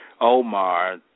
Omar